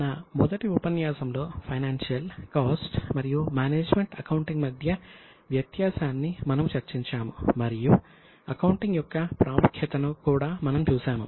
మన మొదటి ఉపన్యాసంలో ఫైనాన్షియల్ కాస్ట్ మరియు మేనేజ్మెంట్ అకౌంటింగ్ మధ్య వ్యత్యాసాన్ని మనము చర్చించాము మరియు అకౌంటింగ్ యొక్క ప్రాముఖ్యతను కూడా మనము చూశాము